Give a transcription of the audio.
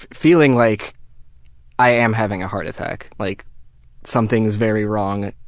feeling like i am having a heart attack, like something's very wrong,